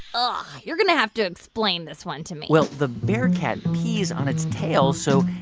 ah you're going to have to explain this one to me well, the bearcat pees on its tail so,